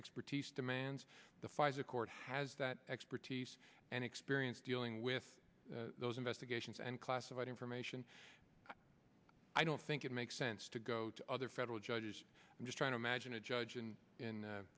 expertise demands the pfizer court has that expertise and experience dealing with those investigations and classified information i don't think it makes sense to go to other federal judges and just trying to imagine a judge in in